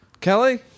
Kelly